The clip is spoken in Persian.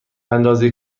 اندازه